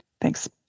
Thanks